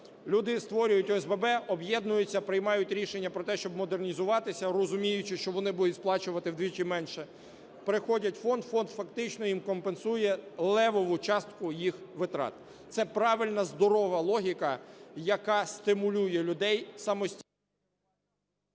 люди створюють ОСББ, об'єднуються, приймають рішення про те, щоб модернізуватися, розуміючи, що вони будуть сплачувати вдвічі менше, приходять в фонд, фонд фактично їм компенсує левову частку їх витрат. Це правильна, здорова логіка, яка стимулює людей… ГОЛОВУЮЧИЙ.